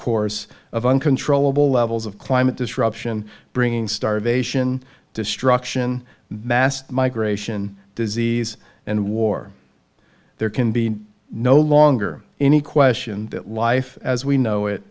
course of uncontrollable levels of climate disruption bringing starvation destruction mass migration disease and war there can be no longer any question that life as we know it